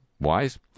wise